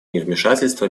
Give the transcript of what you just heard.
невмешательства